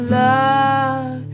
love